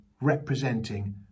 representing